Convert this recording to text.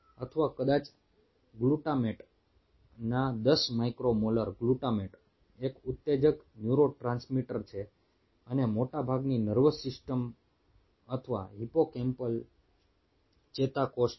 અથવા કદાચ ગ્લુટામેટના 10 માઇક્રો મોલાર ગ્લુટામેટ એક ઉત્તેજક ન્યુરોટ્રાન્સમીટર છે અને મોટાભાગની નર્વસ સિસ્ટમ અથવા હિપ્પોકેમ્પલ ચેતાકોષો છે